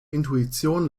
intuition